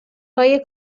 های